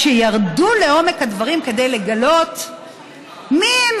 כשירדו לעומק הדברים כדי לגלות מיהם